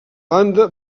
banda